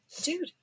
dude